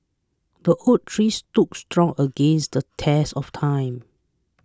the oak tree stood strong against the test of time